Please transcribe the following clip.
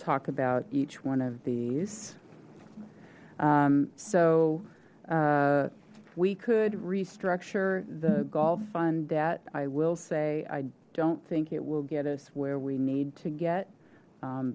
talk about each one of these so we could restructure the golf fund debt i will say i don't think it will get us where we need to get